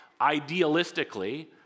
idealistically